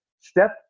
step